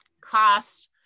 cost